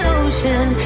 ocean